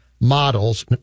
models